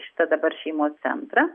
šitą dabar šeimos centrą